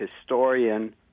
historian